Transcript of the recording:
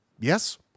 Yes